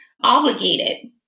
obligated